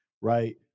right